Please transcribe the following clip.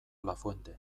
lafuente